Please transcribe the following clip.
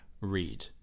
read